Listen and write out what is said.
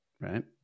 Right